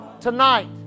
tonight